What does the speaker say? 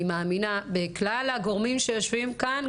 אני מאמינה בכלל הגורמים שיושבים כאן,